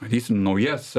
matysim naujas